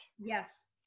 Yes